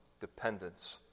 dependence